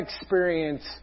experience